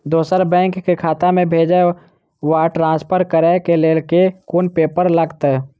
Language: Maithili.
दोसर बैंक केँ खाता मे भेजय वा ट्रान्सफर करै केँ लेल केँ कुन पेपर लागतै?